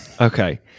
Okay